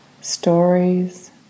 stories